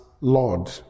Lord